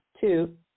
two